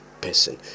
person